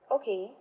okay